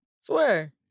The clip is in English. Swear